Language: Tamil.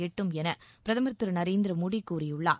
எட்டும் என பிரதமர் திரு நரேந்திர மோடி கூறியுள்ளார்